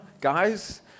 Guys